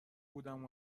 بودم